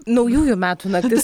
naujųjų metų naktis